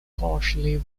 partially